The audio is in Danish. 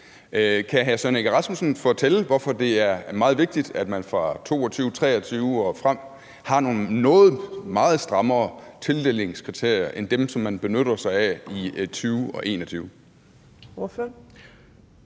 hr. Søren Egge Rasmussen fortælle, hvorfor det er meget vigtigt, at man fra 2022 og 2023 og frem har nogle meget strammere tildelingskriterier end dem, som man benytter sig af i 2020